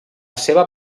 seva